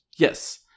Yes